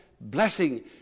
blessing